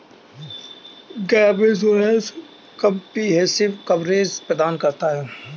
gap insurance comprehensive coverage प्रदान करता है